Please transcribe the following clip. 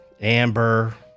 Amber